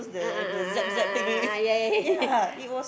a'ah a'ah a'ah a'ah yeah yeah yeah yeah